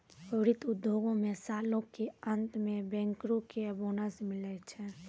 वित्त उद्योगो मे सालो के अंत मे बैंकरो के बोनस मिलै छै